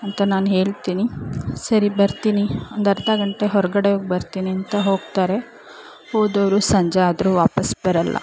ಅಂತ ನಾನು ಹೇಳ್ತೀನಿ ಸರಿ ಬರ್ತೀನಿ ಒಂದು ಅರ್ಧ ಗಂಟೆ ಹೊರಗಡೆ ಹೋಗ್ ಬರ್ತಿನೀಂತ ಹೋಗ್ತಾರೆ ಹೋದವರು ಸಂಜೆ ಆದರೂ ವಾಪಾಸ್ ಬರೋಲ್ಲ